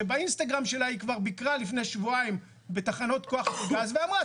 שבאינסטגרם שלה היא כבר ביקרה לפני שבועיים בתחנות כוח וגז ואמרה,